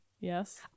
Yes